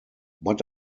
but